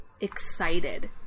excited